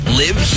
live